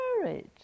courage